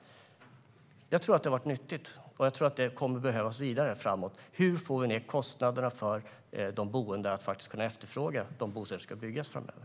Jag tror att det har varit nyttigt och att det kommer att behövas vidare framöver. Hur får vi ned kostnaderna så att de boende kan efterfråga de bostäder som ska byggas i framtiden?